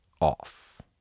off